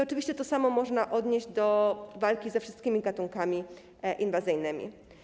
Oczywiście to samo można odnieść do walki ze wszystkimi gatunkami inwazyjnymi.